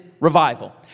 revival